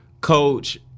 coach